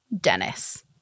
Dennis